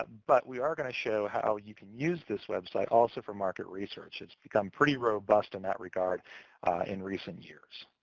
but we are going to show how you could use this website also for market research. it's become pretty robust in that regard in recent years.